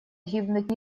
гибнуть